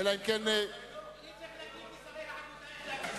את ההצבעה בנושא ההצעות לסדר-היום שהגישו סיעות מרצ